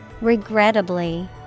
Regrettably